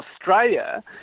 Australia